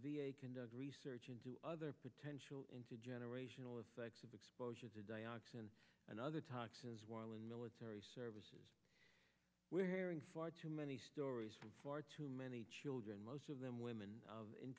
a conduct research into other potential intergenerational effects of exposure to dioxin and other toxins while in military services we're hearing far too many stories from far too many children most of them women